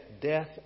death